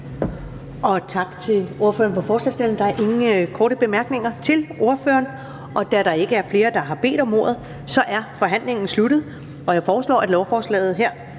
Tak til ordføreren for forslagsstillerne. Der er ingen korte bemærkninger til ordføreren. Da der ikke er flere, der har bedt om ordet, er forhandlingen sluttet. Jeg foreslår, at beslutningsforslaget henvises